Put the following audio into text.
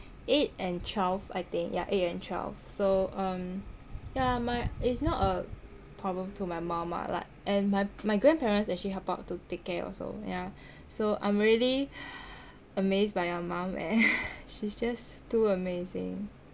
eight and twelve I think yah eight and twelve so um yeah my it's not a problem to my mum ah like and my my grandparents actually help out to take care also yah so I'm really amazed by your mum leh she's just too amazing